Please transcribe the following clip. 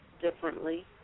differently